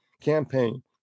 campaign